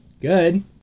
good